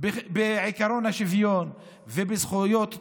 בעקרון השוויון ובזכויות בסיסיות,